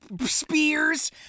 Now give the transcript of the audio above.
spears